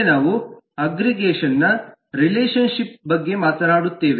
ಮುಂದೆ ನಾವು ಅಗ್ಗ್ರಿಗೇಷನ್ನ ರಿಲೇಶನ್ ಶಿಪ್ಸ್ ಬಗ್ಗೆ ಮಾತನಾಡುತ್ತೇವೆ